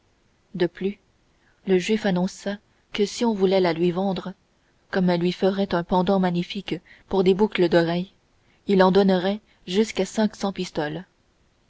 de plus le juif annonça que si on voulait la lui vendre comme elle lui ferait un pendant magnifique pour des boucles d'oreilles il en donnerait jusqu'à cinq cents pistoles